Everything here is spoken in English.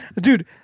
Dude